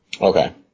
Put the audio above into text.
Okay